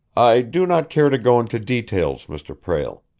i do not care to go into details, mr. prale,